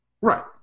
Right